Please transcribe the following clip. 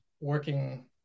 working